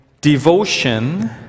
devotion